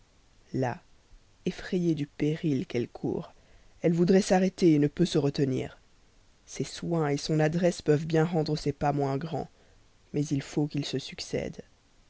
là effrayée du péril qu'elle court elle voudrait s'arrêter ne peut se retenir ses soins son adresse peuvent bien rendre ses pas moins grands mais il faut qu'ils se succèdent